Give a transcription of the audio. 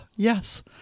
Yes